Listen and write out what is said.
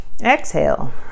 Exhale